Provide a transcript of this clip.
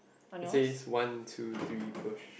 he says one two three push